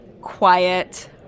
quiet